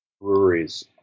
breweries